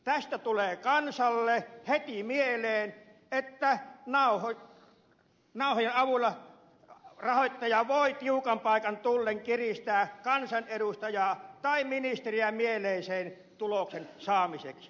tästä tulee kansalle heti mieleen että nauhojen avulla rahoittaja voi tiukan paikan tullen kiristää kansanedustajaa tai ministeriä mieleisen tuloksen saamiseksi